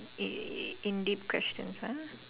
eh in deep questions ah